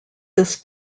this